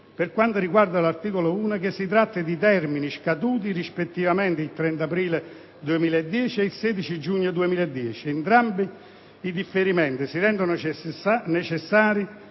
per quanto riguarda l'articolo 1, che si tratta di termini scaduti rispettivamente il 30 aprile 2010 ed il 16 giugno 2010; entrambi i differimenti si rendono necessari